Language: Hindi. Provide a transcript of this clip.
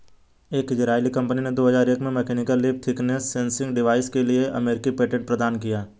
एक इजरायली कंपनी ने दो हजार एक में mechanical leaf thickness sensing device के लिए अमेरिकी पेटेंट प्रदान किया